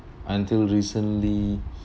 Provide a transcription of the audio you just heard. until recently